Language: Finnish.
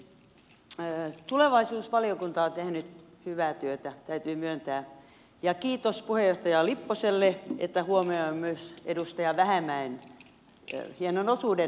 tulevaisuusvaliokunta on tehnyt hyvää työtä täytyy myöntää ja kiitos puheenjohtaja lipposelle että hän huomioi myös edustaja vähämäen hienon osuuden valiokuntatyöskentelyssä